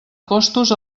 costos